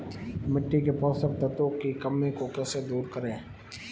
मिट्टी के पोषक तत्वों की कमी को कैसे दूर करें?